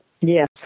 Yes